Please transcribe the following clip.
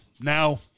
now